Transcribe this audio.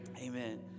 Amen